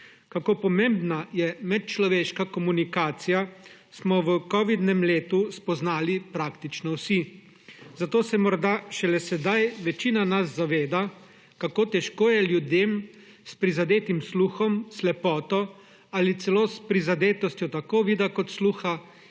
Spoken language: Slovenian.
Kako pomembna je medčloveška komunikacija smo v covidnem letu spoznali praktično vsi. Zato se morda šele sedaj večina nas zaveda, kako je težko ljudem s prizadetim sluhom, slepoto ali celo s prizadetostjo tako vida kot sluha,